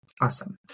Awesome